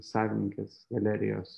savininkės galerijos